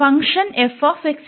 function ഉണ്ട്